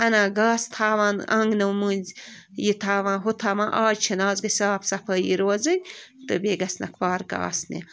اَنان گاسہٕ تَھاوان آنٛگنو مٔنٛزۍ یہِ تھاوان ہُہ تھاوان آز چھِنہٕ آز گَژھِ صاف صفٲیی روزٕنۍ تہٕ بیٚیہِ گژھنَکھ پارکہٕ آسنہِ